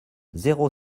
zéro